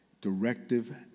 Directive